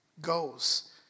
goes